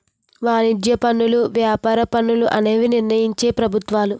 వాణిజ్య పనులు వ్యాపార పన్నులు అనేవి నిర్ణయించేది ప్రభుత్వాలు